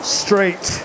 straight